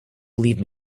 believe